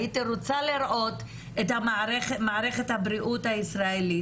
הייתי רוצה לראות את מערכת הבריאות הישראלית